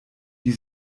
die